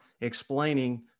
explaining